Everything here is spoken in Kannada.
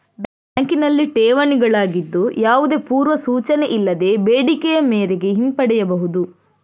ಬ್ಯಾಂಕಿನಲ್ಲಿ ಠೇವಣಿಗಳಾಗಿದ್ದು, ಯಾವುದೇ ಪೂರ್ವ ಸೂಚನೆ ಇಲ್ಲದೆ ಬೇಡಿಕೆಯ ಮೇರೆಗೆ ಹಿಂಪಡೆಯಬಹುದು